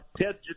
Ted